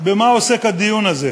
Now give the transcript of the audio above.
במה עוסק הדיון הזה,